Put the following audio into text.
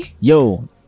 yo